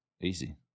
easy